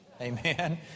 Amen